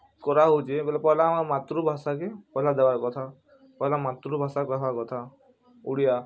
କରା ହଉଛି ବୋଲେ ପହେଲା୍ ଆମର୍ ମାତୃଭାଷା କେ ପହେଲା୍ ଦେବାର୍ କଥା ପହେଲା ମାତୃଭାଷା କହିବା କଥା ଓଡ଼ିଆ